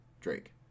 Drake